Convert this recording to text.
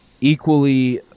equally